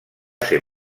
ser